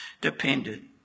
depended